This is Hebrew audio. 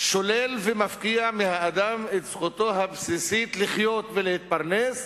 שולל ומפקיע מהאדם את זכותו הבסיסית לחיות ולהתפרנס,